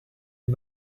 est